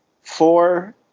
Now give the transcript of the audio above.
Four